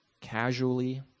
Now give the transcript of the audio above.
casually